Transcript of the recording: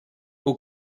who